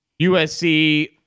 USC